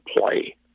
play